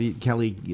Kelly